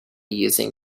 using